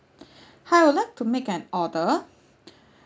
hi I would like to make an order